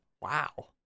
Wow